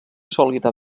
sòlida